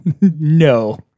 no